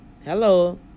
Hello